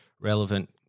relevant